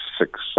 six